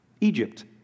Egypt